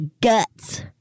guts